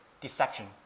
deception